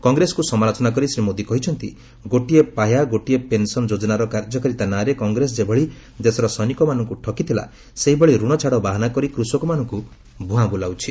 କଂଗ୍ରେସକୁ ସମାଲୋଚନା କରି ଶ୍ରୀ ମୋଦି କହିଛନ୍ତି ଗୋଟିଏ ପାହ୍ୟା ଗୋଟିଏ ପେନ୍ସନ୍ ଯୋଜନାର କାର୍ଯ୍ୟକାରିତା ନାଁରେ କଂଗ୍ରେସ ଯେଭଳି ଦେଶର ସୈନିକମାନଙ୍କୁ ଠକିଥିଲା ସେହିଭଳି ରଣ ଛାଡ଼ ବାହାନା କରି କୃଷକମାନଙ୍କୁ ଭୂଆଁ ବୁଲାଉଛି